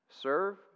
serve